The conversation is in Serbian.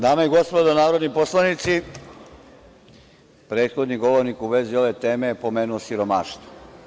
Dame i gospodo narodni poslanici, prethodni govornik u vezi ove teme je spomenuo siromaštvo.